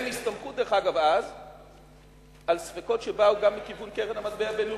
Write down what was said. הם הסתמכו אז על ספקות שבאו גם מכיוון קרן המטבע הבין-לאומית,